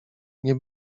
nie